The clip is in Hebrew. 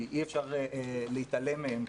כי אי-אפשר להתעלם מהם,